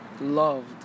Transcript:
loved